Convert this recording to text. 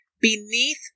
beneath